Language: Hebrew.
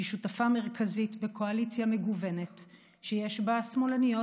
שהיא שותפה מרכזית בקואליציה מגוונת שיש בה שמאלניות